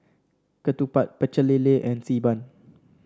Ketupat Pecel Lele and Xi Ban